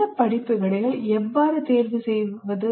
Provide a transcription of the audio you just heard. இந்த படிப்புகளை எவ்வாறு தேர்வு செய்வது